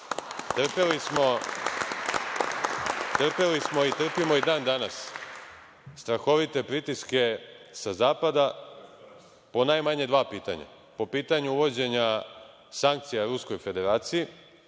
Vučića. Trpeli smo i trpimo i dan-danas strahovite pritiske sa zapada po najmanje dva pitanja - po pitanju uvođenja sankcija Ruskoj Federaciji